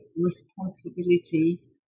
responsibility